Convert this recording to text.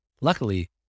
Luckily